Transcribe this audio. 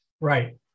Right